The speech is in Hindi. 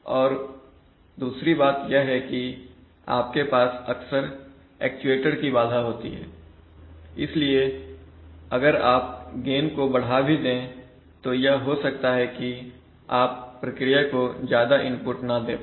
और दूसरी बात यह है कि आपके पास अक्सर एक्ट्यूएटर की बाधा होती है इसलिए अगर आप गेन को बढ़ा भी दे तो यह हो सकता है कि आप प्रक्रिया को ज्यादा इनपुट ना दे पाए